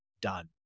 done